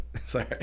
sorry